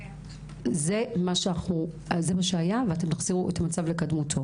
זה מה שהיה ואתם תחזירו את המצב לקדמותו.